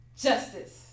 justice